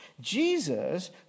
Jesus